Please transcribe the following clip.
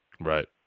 right